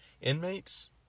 inmates